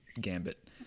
gambit